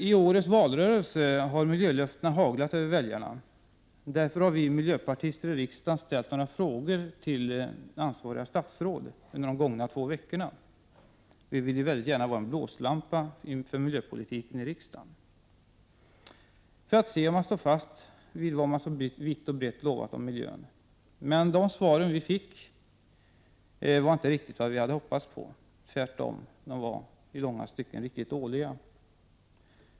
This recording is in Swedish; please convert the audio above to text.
I årets valrörelse har miljölöftena haglat över väljarna. Därför har vi miljöpartister i riksdagen ställt några frågor till det ansvariga statsrådet under de gångna två veckorna, för att se om regeringen stod fast vid det man vitt och brett lovat om miljön. Vi vill ju väldigt gärna vara en blåslampa under miljöpolitiken i riksdagen. Men de svar vi fick var inte riktigt vad vi hade hoppats på. Tvärtom var de i långa stycken riktigt dåliga.